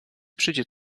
przyjdzie